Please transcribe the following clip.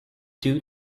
due